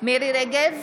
מירי מרים רגב,